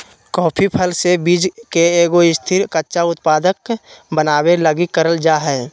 coffee फल से बीज के एगो स्थिर, कच्चा उत्पाद बनाबे लगी करल जा हइ